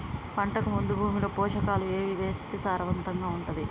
పంటకు ముందు భూమిలో పోషకాలు ఏవి వేస్తే సారవంతంగా ఉంటది?